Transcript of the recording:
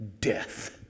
death